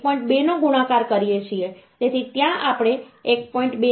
2 નો ગુણાકાર કરીએ છીએ તેથી ત્યાં આપણે આ 1